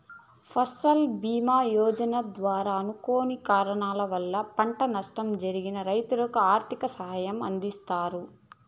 ఫసల్ భీమ యోజన ద్వారా అనుకోని కారణాల వల్ల పంట నష్టం జరిగిన రైతులకు ఆర్థిక సాయం అందిస్తారు